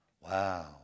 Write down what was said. Wow